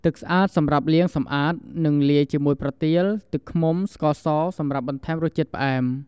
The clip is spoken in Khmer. ទឹកស្អាតសម្រាប់លាងសម្អាត និងលាយជាមួយប្រទាល, ទឹកឃ្មុំ ឬស្ករ សម្រាប់បន្ថែមរសជាតិផ្អែម។